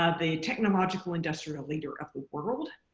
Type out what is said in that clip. ah the technological industrial leader of the world,